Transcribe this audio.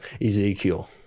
Ezekiel